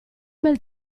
bel